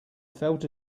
felt